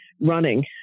running